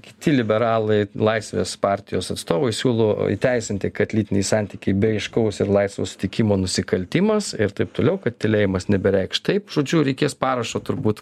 kiti liberalai laisvės partijos atstovai siūlo įteisinti kad lytiniai santykiai be aiškaus ir laisvo sutikimo nusikaltimas ir taip toliau kad tylėjimas nebereikš taip žodžiu reikės parašo turbūt